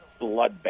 bloodbath